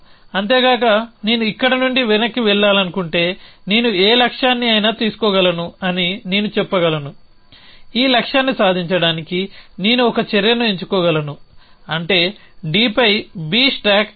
అంతేగాక నేను ఇక్కడి నుండి వెనక్కి వెళ్లాలనుకుంటే నేను ఏ లక్ష్యాన్ని అయినా తీసుకోగలను అని నేను చెప్పగలను ఈ లక్ష్యాన్ని సాధించడానికి నేను ఒక చర్యను ఎంచుకోగలను అంటే D పై B స్టాక్ చేయడం